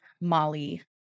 Molly